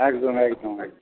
একদম একদম একদম